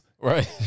Right